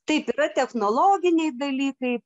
taip yra technologiniai dalykai